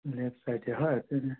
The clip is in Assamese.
লেফ্ট চাইডে হয় তেনে